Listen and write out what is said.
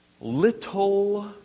little